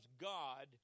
God